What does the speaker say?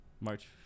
March